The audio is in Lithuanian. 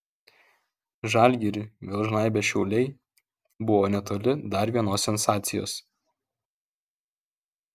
žalgirį vėl žnaibę šiauliai buvo netoli dar vienos sensacijos